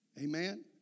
amen